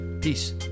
Peace